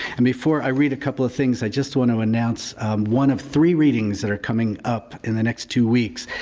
and before i read a couple of things i just want to announce one of three readings that are coming up in the next two weeks.